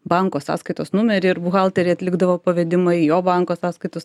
banko sąskaitos numerį ir buhalterė atlikdavo pavedimą į jo banko sąskaitas